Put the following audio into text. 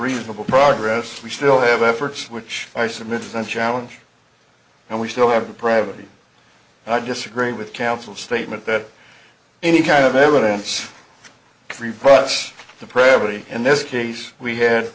reasonable progress we still have efforts which i submit and challenge and we still have the privacy i disagree with counsel statement that any kind of evidence three plus the predator in this case we had